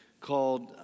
called